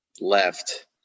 left